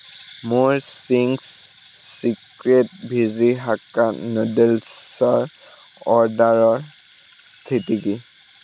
মোৰ Ching's secret veggie hakka নুডলছৰ অৰ্ডাৰৰ স্থিতি কি